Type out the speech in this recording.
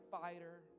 fighter